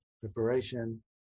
preparation